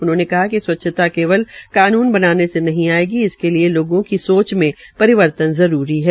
उन्होने कहा कि स्वच्छता केवल कानुन बनाने से ही नहीं आएगी इसके लिए लोगों की सोच में परिवर्तन जरूरी है